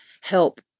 help